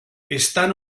están